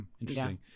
interesting